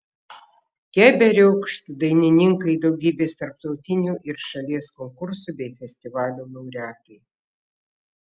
keberiokšt dainininkai daugybės tarptautinių ir šalies konkursų bei festivalių laureatai